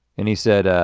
and he said,